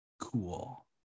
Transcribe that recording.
cool